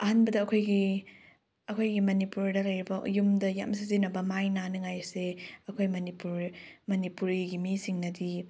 ꯑꯍꯥꯟꯕꯗ ꯑꯩꯈꯣꯏꯒꯤ ꯑꯩꯈꯣꯏꯒꯤ ꯃꯅꯤꯄꯨꯔꯗ ꯂꯩꯔꯤꯕ ꯌꯨꯝꯗ ꯌꯥꯝ ꯁꯤꯖꯤꯟꯅꯕ ꯃꯥꯏ ꯅꯥꯟꯅꯤꯡꯉꯥꯏꯁꯦ ꯑꯩꯈꯣꯏ ꯃꯅꯤꯄꯨꯔ ꯃꯅꯤꯄꯨꯔꯤꯒꯤ ꯃꯤꯁꯤꯡꯅꯗꯤ